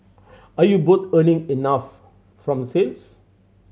are you both earning enough from sales